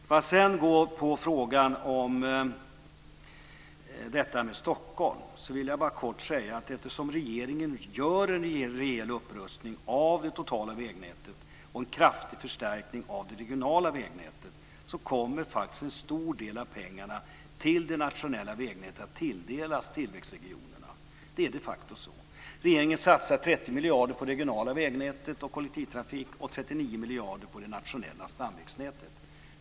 För att sedan ta frågan om Stockholm vill jag bara kort säga att eftersom regeringen gör en rejäl upprustning av det totala vägnätet och en kraftig förstärkning av det regionala vägnätet kommer en stor del av pengarna till det nationella vägnätet att tilldelas tillväxtregionerna. Det är de facto så. Regeringen satsar 30 miljarder på det regionala vägnätet och kollektivtrafik och 39 miljarder på det nationella stamvägsnätet.